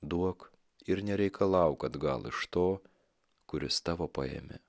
duok ir nereikalauk atgal iš to kuris tavo paėmė